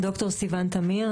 ד"ר סיון תמיר,